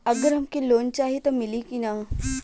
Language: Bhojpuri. अगर हमके लोन चाही त मिली की ना?